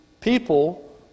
People